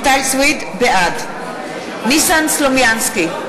בעד ניסן סלומינסקי,